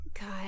God